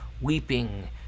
weeping